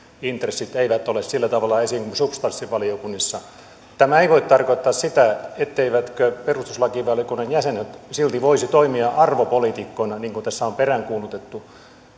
intressit eivät ole sillä tavalla esillä kuin substanssivaliokunnissa tämä ei voi tarkoittaa sitä etteivätkö perustuslakivaliokunnan jäsenet silti voisi toimia arvopoliitikkoina niin kuin tässä on peräänkuulutettu